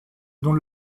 dont